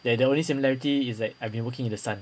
the the only similarity is that I've been working in the sun